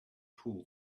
pull